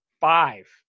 five